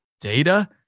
data